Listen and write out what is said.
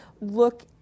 look